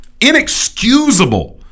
inexcusable –